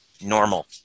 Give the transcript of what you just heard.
normal